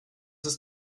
ist